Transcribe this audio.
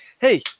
Hey